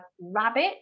rabbit